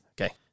Okay